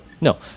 no